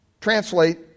translate